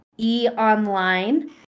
eOnline